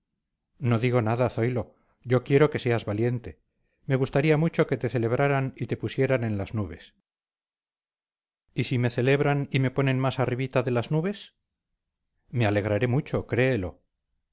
no digo nada zoilo yo quiero que seas valiente me gustaría mucho que te celebraran y te pusieran en las nubes y si me celebran y me ponen más arribita de las nubes me alegraré mucho créelo